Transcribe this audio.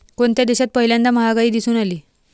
कोणत्या देशात पहिल्यांदा महागाई दिसून आली?